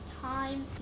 time